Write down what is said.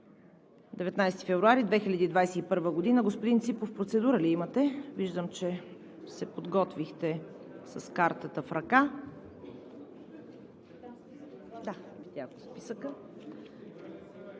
19 февруари 2021 г. Господин Ципов, процедура ли имате – виждам, че се подготвихте с картата в ръка?